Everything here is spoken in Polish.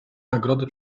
nagrody